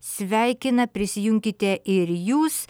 sveikina prisijunkite ir jūs